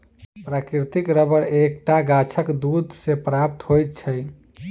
प्राकृतिक रबर एक टा गाछक दूध सॅ प्राप्त होइत छै